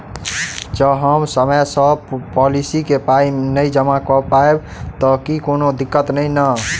जँ हम समय सअ पोलिसी केँ पाई नै जमा कऽ पायब तऽ की कोनो दिक्कत नै नै?